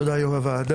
תודה יו"ר הוועדה.